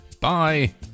bye